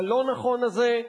הלא-נכון הזה,